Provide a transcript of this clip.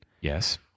Yes